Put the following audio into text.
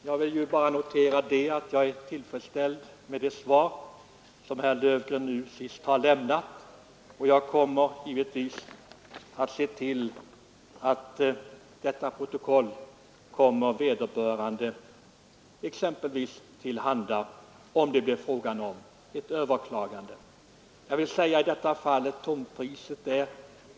Herr talman! Jag är tillfredsställd med det svar som herr Löfgren nu senast lämnade, och jag kommer givetvis att se till att detta protokoll, om det blir fråga om ett överklagande, kommer vederbörande till handa.